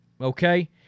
okay